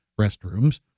restrooms